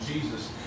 Jesus